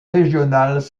régionales